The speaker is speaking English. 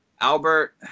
Albert